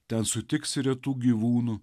ten sutiksi retų gyvūnų